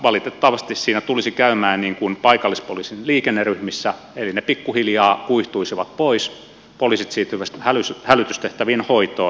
valitettavasti siinä tulisi käymään niin kuin paikallispoliisin liikenneryhmissä eli ne pikkuhiljaa kuihtuisivat pois poliisit siirtyisivät hälytystehtävien hoitoon